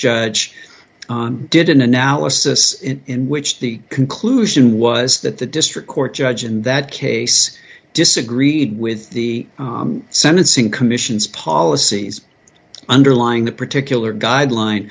judge on did an analysis in which the conclusion was that the district court judge in that case disagreed with the sentencing commission's policies underlying the particular guideline